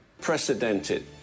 Precedented